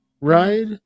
ride